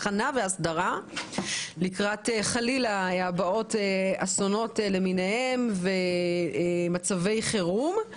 הכנה והסדרה לקראת חלילה אסונות למיניהם ומצבי חירום.